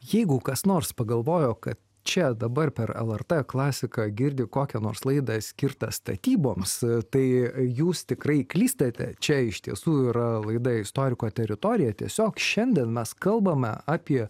jeigu kas nors pagalvojo kad čia dabar per lrt klasiką girdi kokią nors laidą skirtą statyboms tai jūs tikrai klystate čia iš tiesų yra laida istoriko teritorija tiesiog šiandien mes kalbame apie